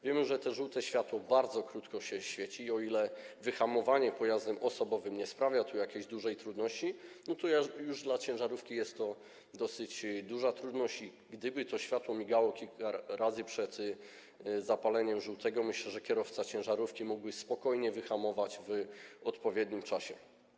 Wiemy, że to żółte światło bardzo krótko się świeci, i o ile wyhamowanie pojazdem osobowym nie sprawia tu jakiejś dużej trudności, to już dla ciężarówki jest to dosyć duża trudność i gdyby to światło migało kilka razy przed zapaleniem się żółtego, to myślę, że kierowca ciężarówki mógłby spokojnie wyhamować w odpowiednim czasie.